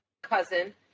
cousin